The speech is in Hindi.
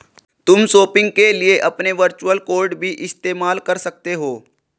तुम शॉपिंग के लिए अपने वर्चुअल कॉर्ड भी इस्तेमाल कर सकते हो